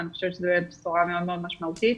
ואני חושבת שזו בשורה מאוד-מאוד משמעותית,